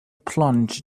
plunge